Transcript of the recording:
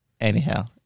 anyhow